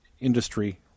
industry